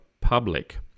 public